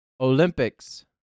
Olympics